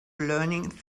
learning